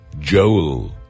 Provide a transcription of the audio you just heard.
Joel